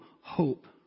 hope